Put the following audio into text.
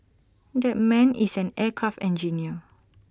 that man is an aircraft engineer